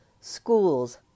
schools